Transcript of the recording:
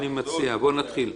אני מציע שנתחיל.